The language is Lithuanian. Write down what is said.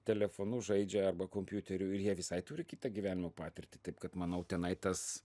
telefonu žaidžia arba kompiuteriu ir jie visai turi kitą gyvenimo patirtį taip kad manau tenai tas